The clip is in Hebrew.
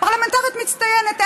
פרלמנטרית מצטיינת.